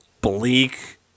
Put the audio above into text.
bleak